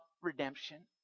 redemption